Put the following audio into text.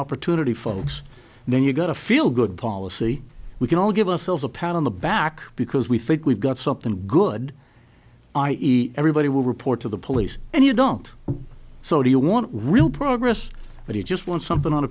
opportunity folks then you get a feel good policy we can all give us a pat on the back because we think we've got something good i e everybody will report to the police and you don't so do you want real progress but he just wants something on a